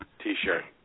T-shirt